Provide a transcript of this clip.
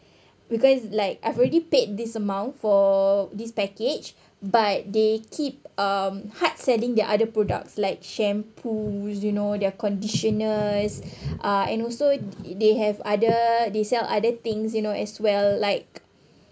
because like I've already paid this amount for this package but they keep um hard selling their other products like shampoos you know their conditioners(uh) and also they have other they sell other things you know as well like